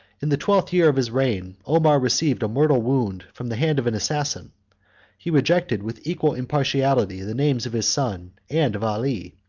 in the twelfth year of his reign, omar received a mortal wound from the hand of an assassin he rejected with equal impartiality the names of his son and of ali,